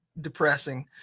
depressing